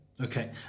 Okay